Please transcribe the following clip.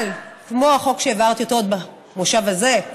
אבל החוק שהעברתי עוד במושב הזה,